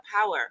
power